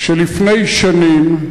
שלפני שנים,